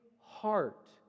heart